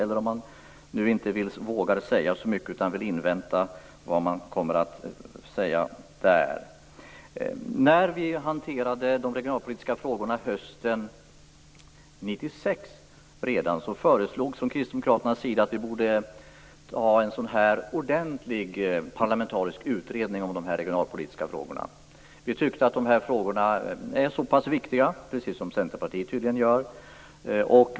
Eller vågar man i avvaktan på den inte säga så mycket? Redan när de regionalpolitiska frågorna behandlades hösten 1996 föreslog vi från kristdemokraternas sida att det borde göras en ordentlig parlamentarisk utredning om de regionalpolitiska frågorna. Vi tyckte att dessa frågor är så viktiga, precis som tydligen också Centerpartiet gör.